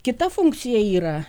kita funkcija yra